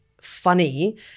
funny